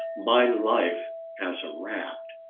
my life as a rat.